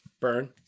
Burn